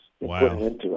Wow